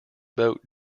boat